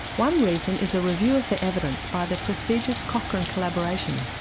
one reason is a review of the evidence by the prestigious cochrane collaboration.